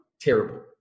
terrible